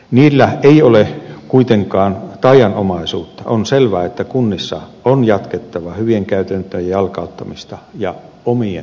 niillä ei ole kuitenkaan taianomaisuutta on selvää että kunnissa on jatkettava hyvien käytäntöjen jalkauttamista ja omien